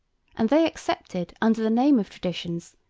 and they accepted, under the name of traditions,